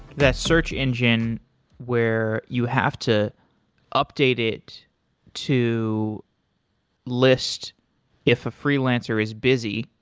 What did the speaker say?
that search engine where you have to update it to list if a freelancer is busy,